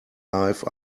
life